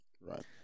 Right